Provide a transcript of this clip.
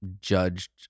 judged